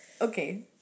Okay